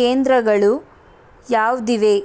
ಕೇಂದ್ರಗಳು ಯಾವುದಿವೆ